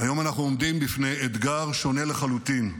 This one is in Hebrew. היום אנחנו עומדים בפני אתגר שונה לחלוטין,